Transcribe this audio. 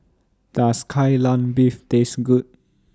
Does Kai Lan Beef Taste Good